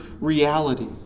reality